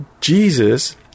Jesus